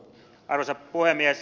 arvoisa puhemies